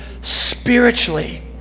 spiritually